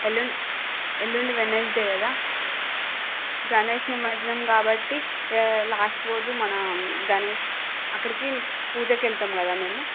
ఎల్లుండి ఎల్లుండి వెన్నస్డే కదా గణేష్ నిమజ్జనం కాబట్టి లాస్ట్ రోజు మనం గణేష్ అక్కడికి పూజకి వెళ్తాం కదా మేము